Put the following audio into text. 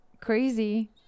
crazy